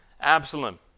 Absalom